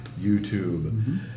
YouTube